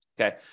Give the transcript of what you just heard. Okay